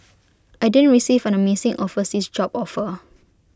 I didn't receive an amazing overseas job offer